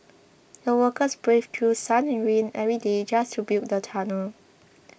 the workers braved through sun and rain every day just to build the tunnel